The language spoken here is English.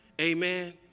amen